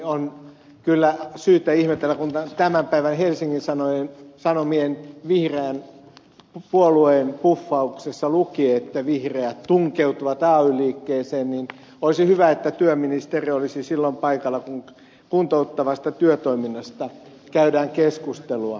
on kyllä syytä ihmetellä kun tämän päivän helsingin sanomien vihreän puolueen puffauksessa luki että vihreät tunkeutuvat ay liikkeeseen olisi hyvä että työministeri olisi silloin paikalla kun kuntouttavasta työtoiminnasta käydään keskustelua